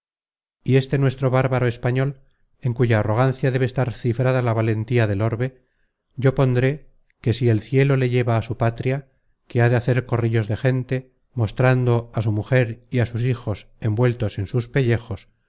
y este nuestro bárbaro español en cuya arrogancia debe estar cifrada la valentía del orbe yo pondré que si el cielo le lleva a su patria que ha de hacer corrillos de gente mostrando a su mujer y á sus hijos envueltos en sus pellejos